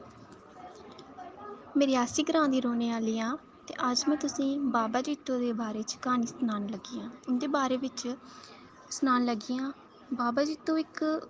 में रियासी ग्रां दी रौह्ने आह्ली आं ते अज्ज में तुसें बाबा जित्तो दे बारे च क्हानी सनान लगी आं उं'दे बारे बिच सनान लगी आं बाबा जित्तो इक